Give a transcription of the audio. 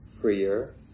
freer